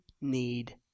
need